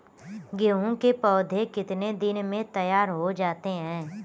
गेहूँ के पौधे कितने दिन में तैयार हो जाते हैं?